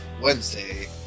Wednesday